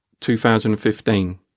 2015